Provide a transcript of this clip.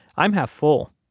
i'm half full.